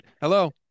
Hello